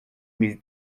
mille